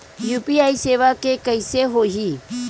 UPI सेवा के कइसे होही?